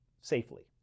safely